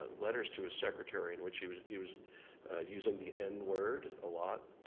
ah letters to his secretary in which he was he was using the n-word a lot,